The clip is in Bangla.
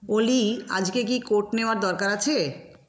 অলি আজকে কি কোট নেওয়ার দরকার আছে